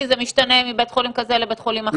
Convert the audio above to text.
זה משתנה מבית חולים כזה לבית חולים אחר,